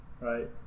right